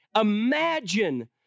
Imagine